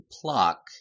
pluck